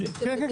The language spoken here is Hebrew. כן,